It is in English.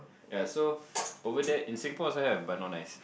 ya so over there in Singapore also have but not nice